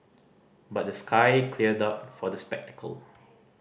but the sky cleared up for the spectacle